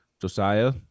Josiah